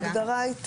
ההגדרה היא בעייתית.